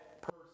person